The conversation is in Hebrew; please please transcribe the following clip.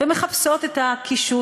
ומחפשות את הקישוט,